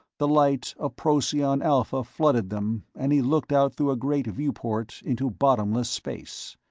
the light of procyon alpha flooded them and he looked out through a great viewport into bottomless space.